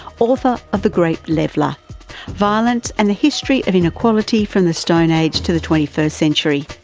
author of the great leveler violence and the history of inequality from the stone age to the twenty-first century.